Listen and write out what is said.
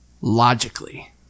logically